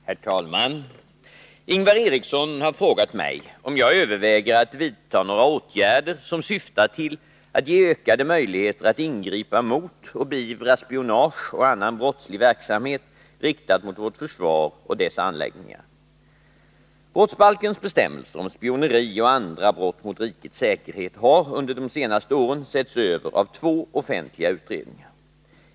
Herr talman! Ingvar Eriksson har frågat mig om jag överväger att vidta några åtgärder som syftar till att ge ökade möjligheter att ingripa mot och beivra spionage och annan brottslig verksamhet riktad mot vårt försvar och dess anläggningar. Brottsbalkens bestämmelser om spioneri och andra brott mot rikets säkerhet har under de senaste åren setts över av två offentliga utredningar.